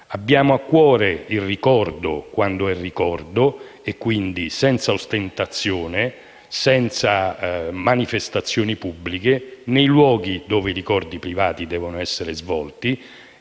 Abbiamo a cuore il ricordo, quando è ricordo - quindi senza ostentazione e senza manifestazioni pubbliche - nei luoghi dove i ricordi privati devono essere